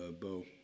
Bo